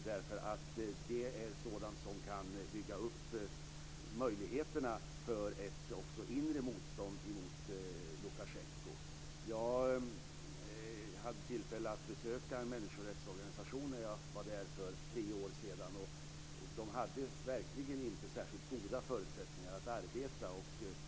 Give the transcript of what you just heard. Det är sådant som kan bygga upp ett inre motstånd mot Lukasjenko. När jag var där för tre år sedan hade jag tillfälle att besöka en människorättsorganisation. De hade verkligen inte särskilt goda förutsättningar att arbeta.